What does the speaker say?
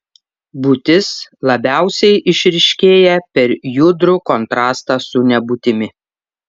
būtis labiausiai išryškėja per judrų kontrastą su nebūtimi